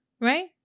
Right